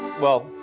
well,